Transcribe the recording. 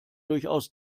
durchaus